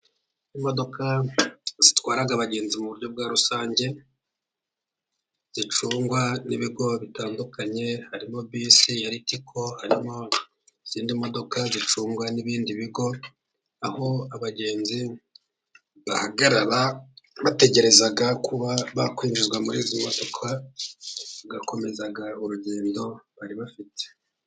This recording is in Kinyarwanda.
Imodoka zitwara abagenzi mu buryo bwa rusange, zicungwa n'ibigo bitandukanye harimo bisi ya ritiko, harimo n'izindi modoka zicungwa n'ibindi bigo, aho abagenzi bahagarara bategereza kuba bakwinjizwa muri izo modoka, bagakomeza urugendo bari bafite.